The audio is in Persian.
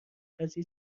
قضیه